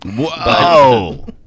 Whoa